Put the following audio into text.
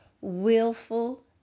willful